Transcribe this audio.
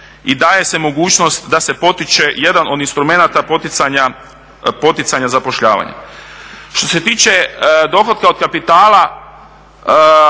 i daje se mogućnost da se potiče jedan od instrumenata poticanja zapošljavanja. Što se tiče dohotka od kapitala,